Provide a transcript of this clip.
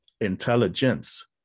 intelligence